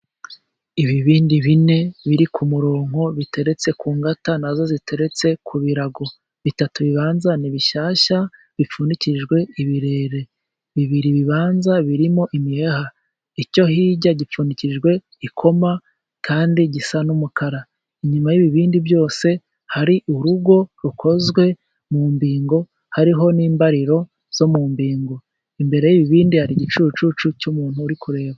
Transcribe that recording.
Ibibindi bine biri ku murongo biteretse ku ngata , nazo ziteretse ku birago . Bitatu bibanza ni bishyashya , bipfundikijwe ibirere , bibiri bibanza birimo imiheha , icyo hirya gipfundikijwe ikoma kandi gisa n'umukara . Inyuma y'ibibindi byose hari urugo rukozwe mu mbingo , hariho n'imbariro zo mu mbingo , imbere y'ibindi hari igicucu cy'umuntu uri kureba.